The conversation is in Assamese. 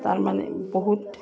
তাৰমানে বহুত